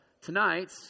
tonight